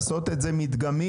לעשות את זה מדגמי,